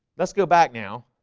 let's go back now